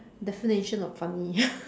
definition of funny